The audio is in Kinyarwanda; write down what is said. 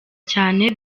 cyane